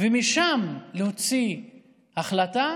ומשם להוציא החלטה